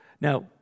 Now